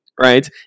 right